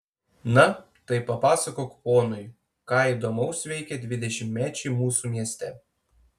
na tai papasakok ponui ką įdomaus veikia dvidešimtmečiai mūsų mieste